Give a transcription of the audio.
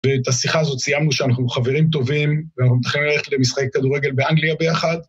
ואת השיחה הזאת סיימנו שאנחנו חברים טובים, ואנחנו מתחילים ללכת למשחקי כדורגל באנגליה ביחד.